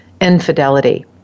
infidelity